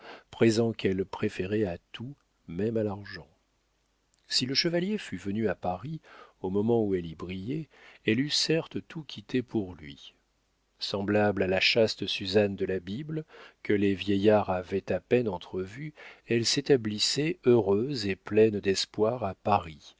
présent qu'elle préférait à tout même à l'argent si le chevalier fût venu à paris au moment où elle y brillait elle eût certes tout quitté pour lui semblable à la chaste suzanne de la bible que les vieillards avaient à peine entrevue elle s'établissait heureuse et pleine d'espoir à paris